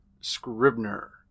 Scribner